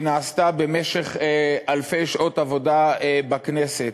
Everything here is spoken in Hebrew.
שנעשתה במשך אלפי שעות עבודה בכנסת,